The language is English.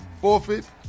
forfeit